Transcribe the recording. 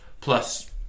plus